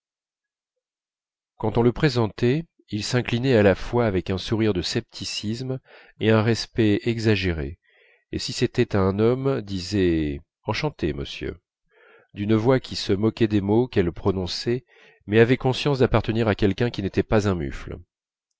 quand on le présentait il s'inclinait à la fois avec un sourire de scepticisme et un respect exagéré et si c'était à un homme disait enchanté monsieur d'une voix qui se moquait des mots qu'elle prononçait mais avait conscience d'appartenir à quelqu'un qui n'était pas un mufle